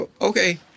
Okay